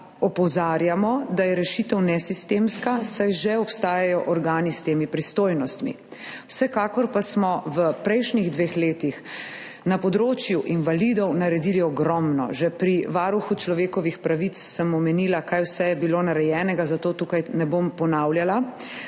opozarjamo, da je rešitev nesistemska, saj že obstajajo organi s temi pristojnostmi. Vsekakor pa smo v prejšnjih dveh letih na področju invalidov naredili ogromno. Že pri Varuhu človekovih pravic sem omenila, kaj vse je bilo narejeno, zato tukaj ne bom ponavljala.